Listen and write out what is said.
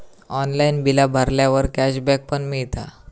online बिला भरल्यावर cashback पण मिळता